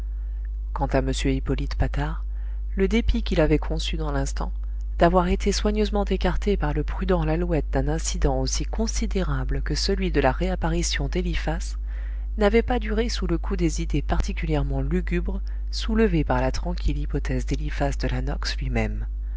quant à m hippolyte patard le dépit qu'il avait conçu dans l'instant d'avoir été soigneusement écarté par le prudent lalouette d'un incident aussi considérable que celui de la réapparition d'eliphas n'avait pas duré sous le coup des idées particulièrement lugubres soulevées par la tranquille hypothèse d'eliphas de la nox lui-même